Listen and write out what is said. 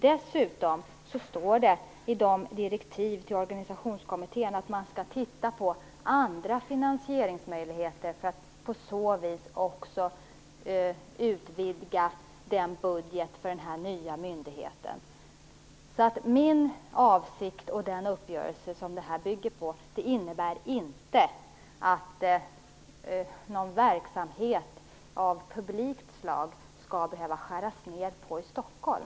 Dessutom står det i direktiven till organisationskommittén att man skall titta på andra finansieringsmöjligheter för att på så vis också utvidga budgeten för den nya myndigheten. Min avsikt och den uppgörelse som detta bygger på innebär inte att man skall behöva skära ned på någon verksamhet av publikt slag i Stockholm